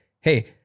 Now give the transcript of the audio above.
hey